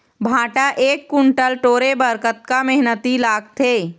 भांटा एक कुन्टल टोरे बर कतका मेहनती लागथे?